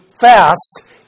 fast